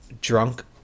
drunk